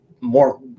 more